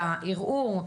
בערעור,